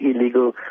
illegal